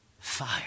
fire